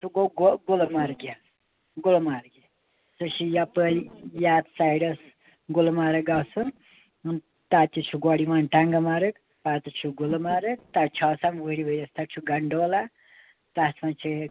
سُہ گوٚو گُلمرگہِ گُلمرگہِ سۄ چھِ یَپٲرۍ یَتھ سایڈَس گُلمَرَگ گژھُن تَتہِ چھِ گۄڈٕ یِوان ٹنٛگمرگ پتہٕ چھِ گُلمرگ تَتہِ چھِ آسان وُہٕرۍ ؤرۍ یَس تَتہِ چھُ گنڈولا تَتھ منٛز